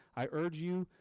i urge you.